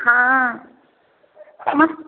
हँ सम